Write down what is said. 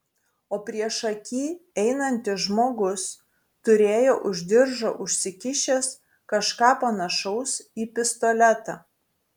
o priešaky einantis žmogus turėjo už diržo užsikišęs kažką panašaus į pistoletą